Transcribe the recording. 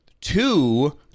two